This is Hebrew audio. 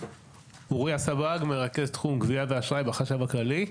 אוריה סבג, מרכז תחום גבייה ואשראי בחשב הכללי.